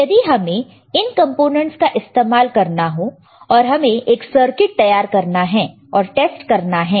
यदि हमें इन कंपोनेंट्स का इस्तेमाल करना हो और हमें एक सर्किट तैयार करना है और टेस्ट करना है